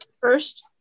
first